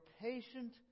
patient